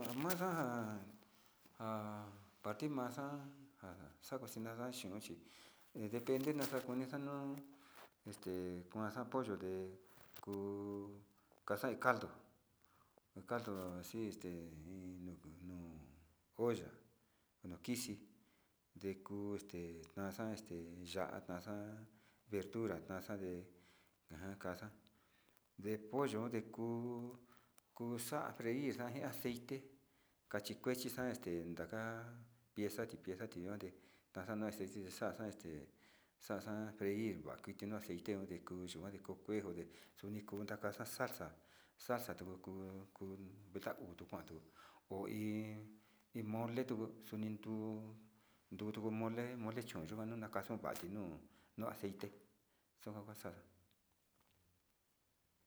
Ja kasa'aña nteyuu chom chi ku kisa'aña nteminu xi'ina ka kantaketena chom kajenteña te yuka te katnaña nu kisi te yuka te katnaña nka sava ja ja'an no nteyu yuka ku nteminu chum.